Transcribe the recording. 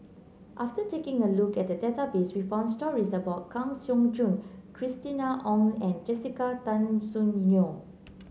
after taking a look at the database we found stories about Kang Siong Joo Christina Ong and Jessica Tan Soon Neo